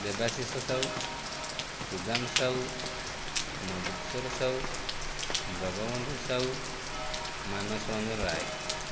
Debashish Sahu Sudam Sahu Nabakishore Sahu Jagabandhu Sahu Manas Ranjan Ray